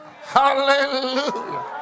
Hallelujah